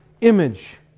image